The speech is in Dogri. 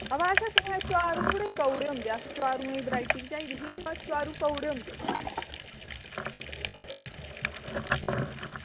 बाऽ असें सुनेआ कि चारू जेह्ड़े कौड़े होंदे चारूऐं दी वैराइटी बी होंदी पर चारू कौड़े बी होंदे